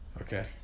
Okay